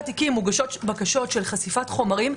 תיקים מוגשות בקשות של חשיפת חומרים,